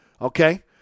okay